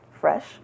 fresh